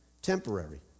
Temporary